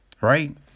right